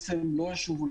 לא ישובו,